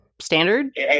standard